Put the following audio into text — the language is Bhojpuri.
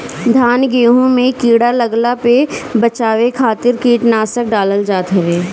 धान गेंहू में कीड़ा लागला पे बचाव खातिर कीटनाशक डालल जात हवे